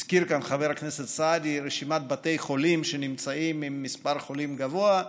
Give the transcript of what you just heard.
הזכיר כאן חבר הכנסת סעדי רשימת בתי חולים שנמצאים עם מספר חולים גבוה.